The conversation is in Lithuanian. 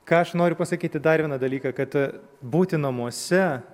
ką aš noriu pasakyti dar vieną dalyką kad būti namuose